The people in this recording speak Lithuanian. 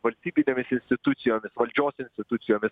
valstybinėmis institucijomis valdžios institucijomis